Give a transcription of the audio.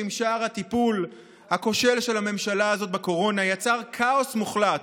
עם שאר הטיפול הכושל של הממשלה הזאת בקורונה נוצר כאוס מוחלט.